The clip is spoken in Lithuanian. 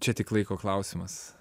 čia tik laiko klausimas